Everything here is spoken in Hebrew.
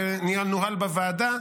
וזה נוהל בוועדה.